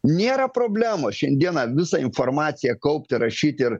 nėra problemos šiandieną visą informaciją kaupti rašyti ir